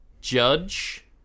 Judge